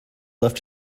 left